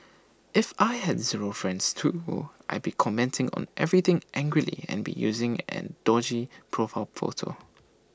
if I had zero friends too I'd be commenting on everything angrily and be using an dodgy profile photo